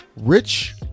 rich